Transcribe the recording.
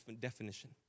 definition